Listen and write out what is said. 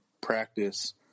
practice